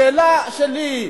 השאלה שלי,